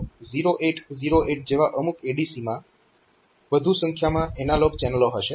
તો 0808 જેવા અમુક ADC માં વધુ સંખ્યામાં એનાલોગ ચેનલો હશે